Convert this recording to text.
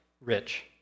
rich